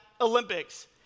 Olympics